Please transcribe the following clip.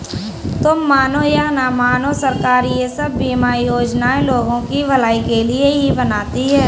तुम मानो या न मानो, सरकार ये सब बीमा योजनाएं लोगों की भलाई के लिए ही बनाती है